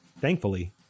Thankfully